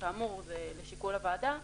וכאמור זה לשיקול הוועדה,